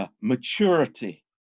maturity